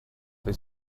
they